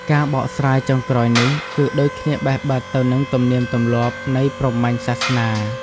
ការបកស្រាយចុងក្រោយនេះ គឺដូចគ្នាបេះបិទទៅនឹងទំនៀមទម្លាប់ នៃព្រហ្មញ្ញ សាសនា។